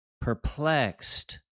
perplexed